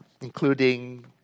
including